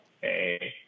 Hey